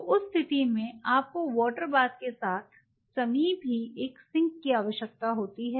तो उस स्थिति में आपको वाटर बाथ के साथ समीप ही एक सिंक की आवश्यकता होती है